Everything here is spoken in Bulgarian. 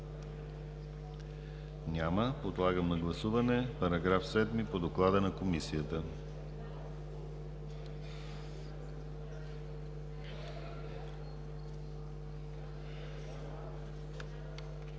Няма. Подлагам на гласуване § 6 по доклада на Комисията.